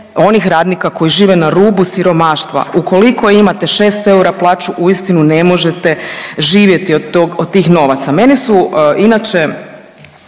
onih radnika koji žive ne rubu siromaštva. Ukoliko imate 600 eura plaću uistinu ne možete živjeti od tog, od tih novaca.